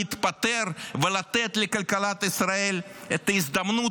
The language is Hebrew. להתפטר ולתת לכלכלת ישראל את ההזדמנות,